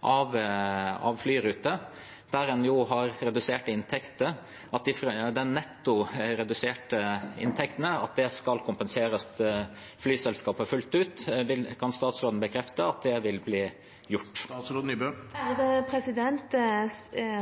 av flyruter, der en jo har reduserte inntekter, har Stortinget i tillegg vært opptatt av at de netto reduserte inntektene skal flyselskapet kompenseres for fullt ut. Kan statsråden bekrefte at det vil bli gjort?